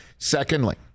Secondly